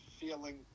feeling